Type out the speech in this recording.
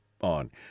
on